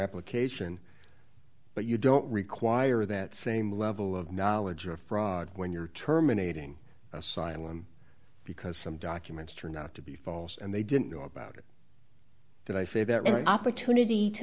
application but you don't require that same level of knowledge or fraud when you're terminating asylum because some documents are not to be false and they didn't know about that i say that right opportunity to